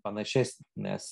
panašes nes